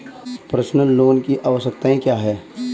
Personal loan की आवश्यकताएं क्या हैं?